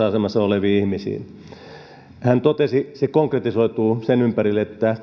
asemassa oleviin ihmisiin hän totesi että se konkretisoituu sen ympärille että